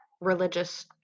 Religious